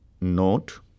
note